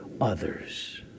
others